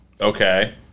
Okay